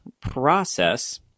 process